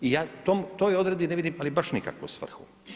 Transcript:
I ja u toj odredbi ne vidim ali baš nikakvu svrhu.